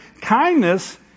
Kindness